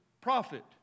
profit